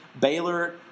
Baylor